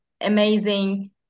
amazing